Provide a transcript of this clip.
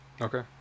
Okay